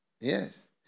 Yes